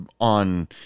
on